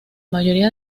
mayoría